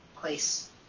place